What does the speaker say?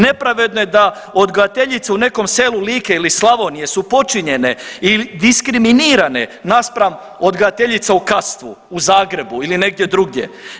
Nepravedno je da odgajateljica u nekom selu Like ili Slavonije su podčinjene i diskriminirane naspram odgajateljica u Kastvu, u Zagrebu ili negdje drugdje.